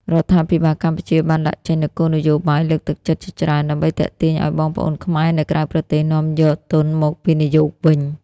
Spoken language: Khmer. រដ្ឋាភិបាលកម្ពុជាបានដាក់ចេញនូវគោលនយោបាយលើកទឹកចិត្តជាច្រើន ដើម្បីទាក់ទាញឱ្យបងប្អូនខ្មែរនៅក្រៅប្រទេសនាំយកទុនមកវិនិយោគវិញ។